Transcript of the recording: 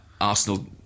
Arsenal